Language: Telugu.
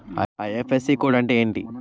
ఐ.ఫ్.ఎస్.సి కోడ్ అంటే ఏంటి?